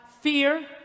fear